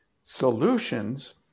solutions